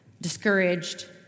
discouraged